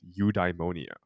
eudaimonia